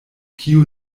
kiu